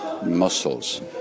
muscles